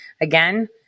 Again